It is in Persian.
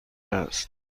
است